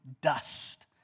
dust